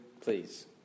please